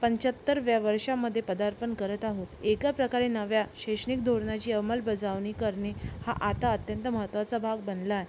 पंच्याहत्तराव्या वर्षामध्ये पदार्पण करत आहोत एका प्रकारे नव्या शैक्षणिक धोरणाची अंमलबजावणी करणे हा आता अत्यंत महत्त्वाचा भाग बनला आहे